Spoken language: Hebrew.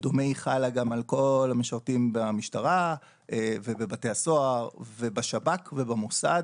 בדומה היא חלה גם על כל המשרתים במשטרה ובבתי הסוהר ובשב"כ ובמוסד.